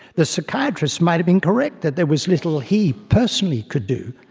the psychiatrist might have been correct that there was little he personally could do.